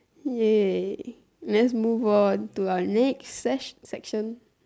!yay! let's move on to our next sec~ section